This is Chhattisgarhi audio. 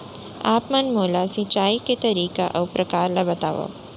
आप मन मोला सिंचाई के तरीका अऊ प्रकार ल बतावव?